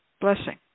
blessing